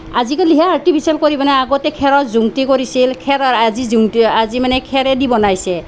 আজিকালিহে artificial কৰি বনায় আগতে খেৰৰ জুমুঠি কৰিছিল খেৰৰ আজি আজি মানে খেৰেদি বনাইছে